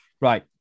right